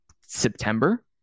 September